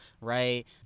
right